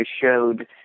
showed